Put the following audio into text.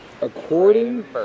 According